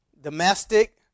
domestic